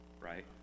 right